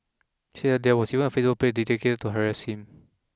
he said that there was even a Facebook page dedicated to harass him